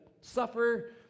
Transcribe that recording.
suffer